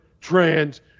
trans